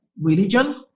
religion